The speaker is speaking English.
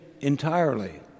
entirely